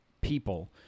people